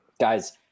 guys